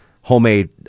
homemade